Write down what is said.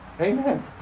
Amen